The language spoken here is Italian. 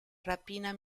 rapina